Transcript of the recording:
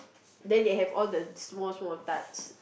then they have all the small small tarts